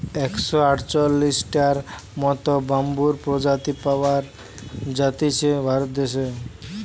একশ আটচল্লিশটার মত বাম্বুর প্রজাতি পাওয়া জাতিছে ভারত দেশে